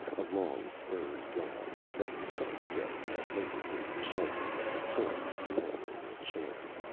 a long furred gown, that stark guessed had lately graced the shoulders of the king, lay over a chair.